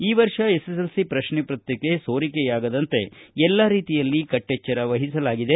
ಈ ವರ್ಷ ಎಸ್ಎಸ್ಎಲ್ಸಿ ಪ್ರಕ್ಷೆ ಪತ್ರಿಕೆ ಸೋರಿಕೆಯಾಗದಂತೆ ಎಲ್ಲಾ ರೀತಿಯಲ್ಲಿ ಕಟ್ಟೆಚ್ಚರ ವಹಿಸಲಾಗಿದೆ